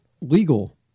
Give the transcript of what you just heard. legal